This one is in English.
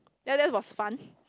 ya that was fun